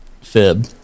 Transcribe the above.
fib